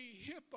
hippo